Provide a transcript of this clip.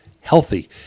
healthy